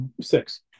six